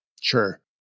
Sure